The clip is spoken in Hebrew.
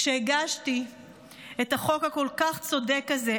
כשהגשתי את החוק הכל-כך צודק הזה,